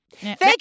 Thank